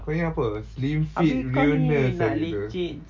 kau ingat apa slim fit realness eh gitu